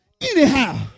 anyhow